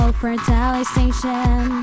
fertilization